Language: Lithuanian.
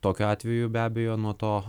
tokiu atveju be abejo nuo to